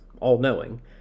all-knowing